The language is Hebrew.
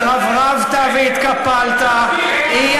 התרברבת והתקפלת, שקר.